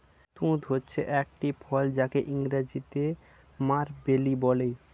তুঁত হচ্ছে একটি ফল যাকে ইংরেজিতে মালবেরি বলে